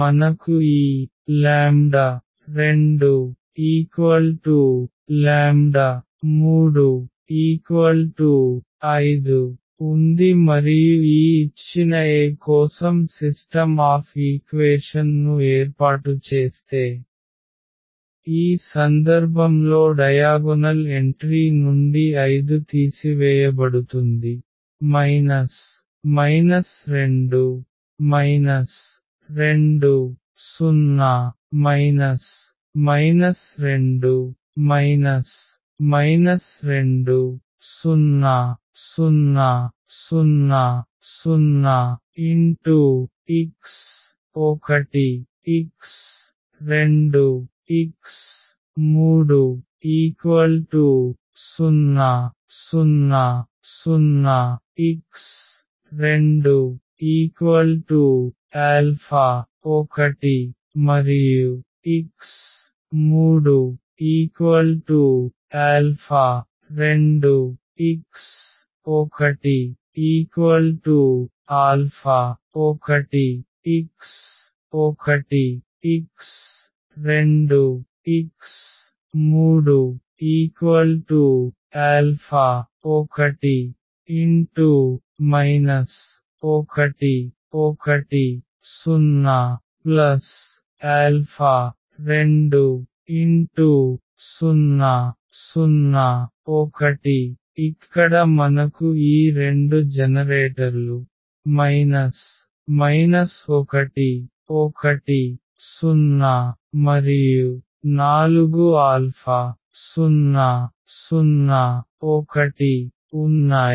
మనకు ఈ 235 ఉంది మరియు ఈ ఇచ్చిన A కోసం సిస్టమ్ ఆఫ్ ఈక్వేషన్ ను ఏర్పాటు చేస్తే ఈ సందర్భంలో డయాగొనల్ ఎంట్రీ నుండి 5 తీసివేయబడుతుంది 2 2 0 2 2 0 0 0 0 x1 x2 x3 0 0 0 x21x32 x1 α1 x1 x2 x3 1 1 1 0 20 0 1 ఇక్కడ మనకు ఈ 2 జనరేటర్లు 1 1 0 మరియు 4 ఆల్ఫా 0 0 1 ఉన్నాయి